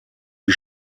die